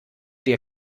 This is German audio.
dir